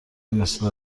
مثل